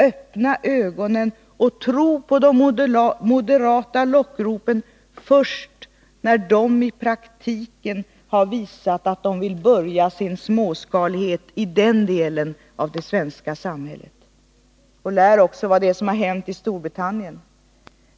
Öppna ögonen och tro på de moderata lockropen först när de i praktiken har visat att de vill börja sin småskalighet i den delen av det svenska samhället! Lär också av vad som har hänt i Storbritannien!